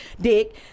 dick